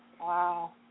Wow